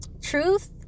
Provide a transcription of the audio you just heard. truth